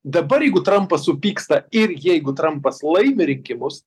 dabar jeigu trampas supyksta ir jeigu trampas laimi rinkimus